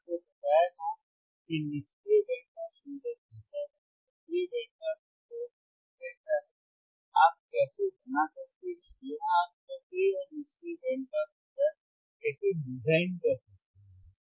मैंने आपको बताया था कि निष्क्रिय बैंड पास फ़िल्टर कैसा है सक्रिय और पास फ़िल्टर कैसा है आप कैसे बना सकते हैं या आप सक्रिय और निष्क्रिय बैंड पास फ़िल्टर कैसे डिज़ाइन कर सकते हैं